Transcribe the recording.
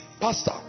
Pastor